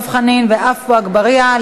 דב חנין ועפו אגבאריה,